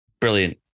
Brilliant